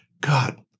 God